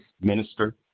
minister